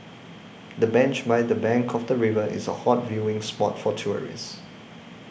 the bench by the bank of the river is a hot viewing spot for tourists